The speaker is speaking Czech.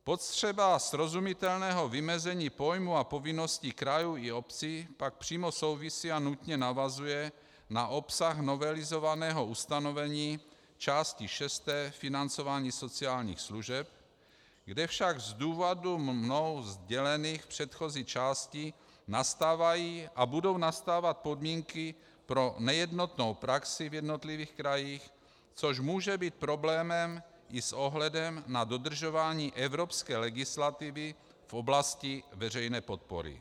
Potřeba srozumitelného vymezení pojmů a povinností krajů i obcí pak přímo souvisí a nutně navazuje na obsah novelizovaného ustanovení v části šesté Financování sociálních služeb, kde však z důvodů mnou sdělených v předchozí části nastávají a budou nastávat podmínky pro nejednotnou praxi v jednotlivých krajích, což může být problémem i s ohledem na dodržování evropské legislativy v oblasti veřejné podpory.